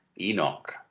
Enoch